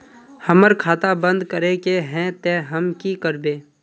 हमर खाता बंद करे के है ते हम की करबे?